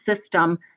system